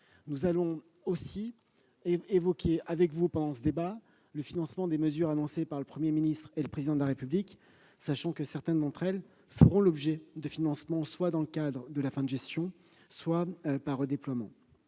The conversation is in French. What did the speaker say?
Nous évoquerons également avec vous, pendant ce débat, le financement des mesures annoncées par le Premier ministre et le Président de la République, sachant que certaines d'entre elles feront l'objet de financements soit dans le cadre de la fin de gestion, soit au moyen de redéploiements.